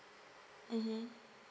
mmhmm